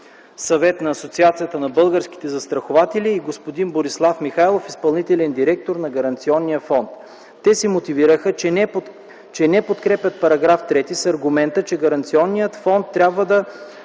съвет на Асоциацията на българските застрахователи, и господин Борислав Михайлов – изпълнителен директор на Гаранционния фонд. Те се мотивираха, че не подкрепят § 3 с аргумента, че Гаранционният фонд трябва да